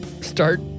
start